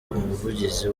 umuvugizi